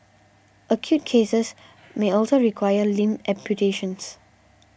acute cases may also require limb amputations